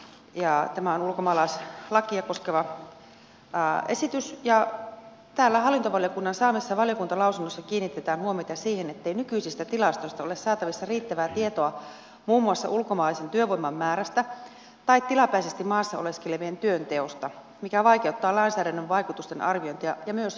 tämä on ulkomaalaislakia koskeva esitys ja täällä hallintovaliokunnan saamissa valiokuntalausunnoissa kiinnitetään huomiota siihen ettei nykyisistä tilastoista ole saatavissa riittävää tietoa muun muassa ulkomaalaisen työvoiman määrästä tai tilapäisesti maassa oleskelevien työnteosta mikä vaikeuttaa lainsäädännön vaikutusten arviointia ja myös viranomaisvalvontaa